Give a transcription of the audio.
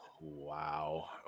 Wow